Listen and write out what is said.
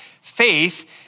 Faith